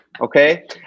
okay